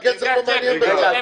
הכסף לא מעניין בכלל,